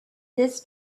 this